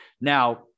Now